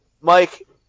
Mike